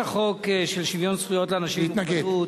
הצעת החוק של שוויון זכויות לאנשים עם מוגבלות,